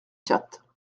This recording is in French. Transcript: quatre